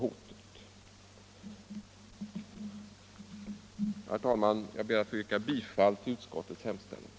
Herr talman, jag ber att få yrka bifall till utskottets hemställan.